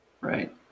Right